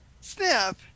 Snap